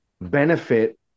benefit